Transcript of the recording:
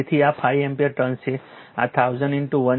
તેથી આ 5 ampere turns છે આ 1000 1 છે